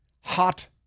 hot